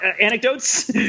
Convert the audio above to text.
anecdotes